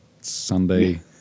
Sunday